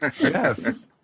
Yes